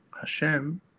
Hashem